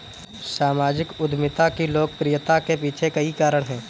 सामाजिक उद्यमिता की लोकप्रियता के पीछे कई कारण है